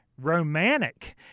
romantic